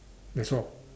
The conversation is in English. that's all